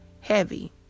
heavy